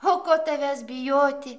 o ko tavęs bijoti